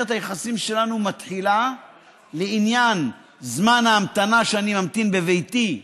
מערכת היחסים שלנו לעניין זמן ההמתנה שאני ממתין בביתי,